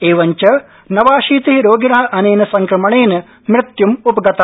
एवं च नवाशीति रोगिण अनेन संक्रमणेन मृत्युम् उपगता